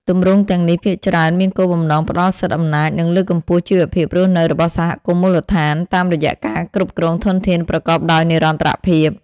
ទម្រង់ទាំងនេះភាគច្រើនមានគោលបំណងផ្ដល់សិទ្ធិអំណាច និងលើកកម្ពស់ជីវភាពរស់នៅរបស់សហគមន៍មូលដ្ឋាន តាមរយៈការគ្រប់គ្រងធនធានប្រកបដោយនិរន្តរភាព។